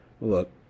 look